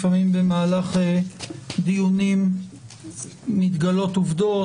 לפעמים במהלך דיונים מתגלות עובדות